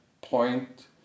point